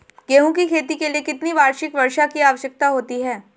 गेहूँ की खेती के लिए कितनी वार्षिक वर्षा की आवश्यकता होती है?